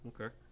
okay